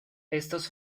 estos